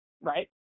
right